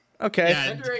Okay